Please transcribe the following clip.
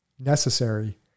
necessary